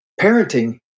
parenting